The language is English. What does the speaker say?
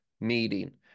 meeting